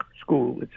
school